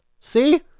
See